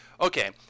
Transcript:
okay